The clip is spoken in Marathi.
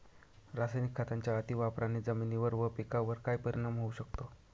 रासायनिक खतांच्या अतिवापराने जमिनीवर व पिकावर काय परिणाम होऊ शकतो?